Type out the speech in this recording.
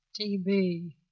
TB